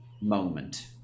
moment